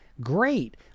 Great